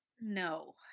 no